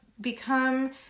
become